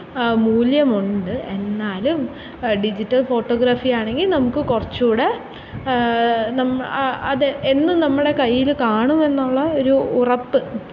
മൂല്യമുണ്ട് എന്നാലും digital photography ആണെങ്കിൽ നമുക്ക് കുറച്ചും കൂടി നമ്മൾ ആ അത് എന്നും നമ്മുടെ കയ്യിൽ കാണും എന്നുള്ള ഒരു ഉറപ്പ്